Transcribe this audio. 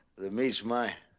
that meats mine